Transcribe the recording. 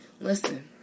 Listen